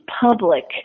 public